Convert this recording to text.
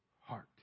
heart